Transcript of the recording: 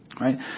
right